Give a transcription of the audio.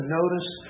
notice